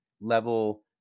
level